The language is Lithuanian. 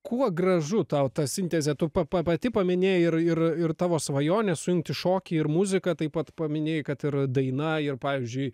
kuo gražu tau tą sintezė tu pa pa pati paminėjai ir ir ir tavo svajonė sujungti šokį ir muziką taip pat paminėjai kad ir daina ir pavyzdžiui